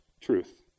truth